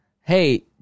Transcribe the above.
Hey